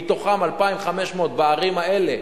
מהן 2,500 בערים האלה,